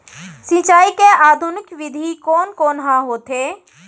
सिंचाई के आधुनिक विधि कोन कोन ह होथे?